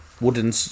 wooden